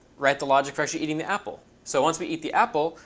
write the logic for actually eating the apple. so once we eat the apple,